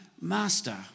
master